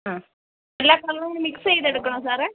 ആഹ് എല്ലാ കളറും മിക്സ് ചെയ്തെടുക്കണോ സാറേ